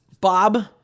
Bob